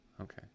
Okay